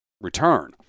return